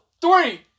three